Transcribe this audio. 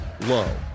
low